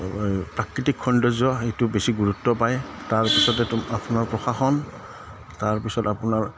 প্ৰাকৃতিক সৌন্দৰ্য সেইটো বেছি গুৰুত্ব পায় তাৰপিছতেতো আপোনাৰ প্ৰশাসন তাৰপিছত আপোনাৰ